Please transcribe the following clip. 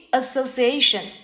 association